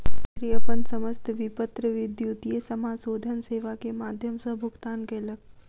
यात्री अपन समस्त विपत्र विद्युतीय समाशोधन सेवा के माध्यम सॅ भुगतान कयलक